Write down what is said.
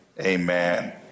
amen